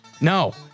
No